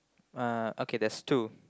uh okay there's two